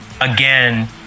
again